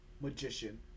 magician